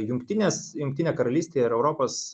jungtinės jungtinė karalystė ir europos